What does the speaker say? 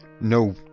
no